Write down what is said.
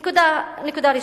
נקודה ראשונה,